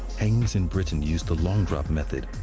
hangings in britain used the long drop method,